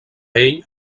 ell